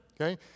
okay